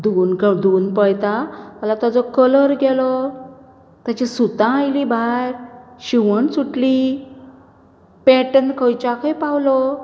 दोन धुंवून पळयता ताचो कलर गेलो तेचीं सुतां आयलीं भायर शिवण सुटली पॅटन खंयच्या खंय पावलो